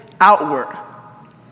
outward